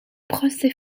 procès